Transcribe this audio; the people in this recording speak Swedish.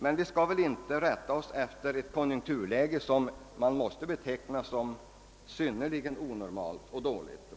Men vi skall väl inte rätta oss efter ett konjunkturläge som måste betecknas såsom synnerligen onormalt och dåligt.